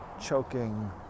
choking